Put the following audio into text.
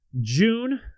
June